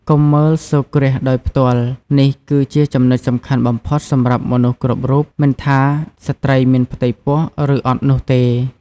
កុំមើលសូរ្យគ្រាសដោយផ្ទាល់ នេះគឺជាចំណុចសំខាន់បំផុតសម្រាប់មនុស្សគ្រប់រូប មិនថាស្ត្រីមានផ្ទៃពោះ ឬអត់នោះទេ ។